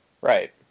Right